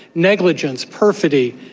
negligence, perfidy,